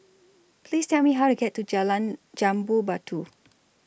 Please Tell Me How to get to Jalan Jambu Batu